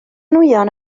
nwyon